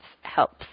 helps